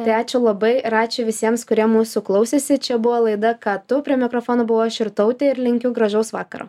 tai ačiū labai ir ačiū visiems kurie mūsų klausėsi čia buvo laida ką tu prie mikrofono buvau aš irtautė ir linkiu gražaus vakaro